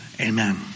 Amen